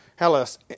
Hellas